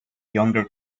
younger